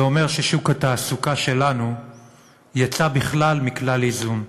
זה אומר ששוק התעסוקה שלנו יצא בכלל מכלל איזון.